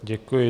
Děkuji.